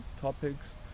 topics